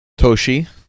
Toshi